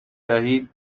دهید